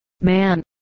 man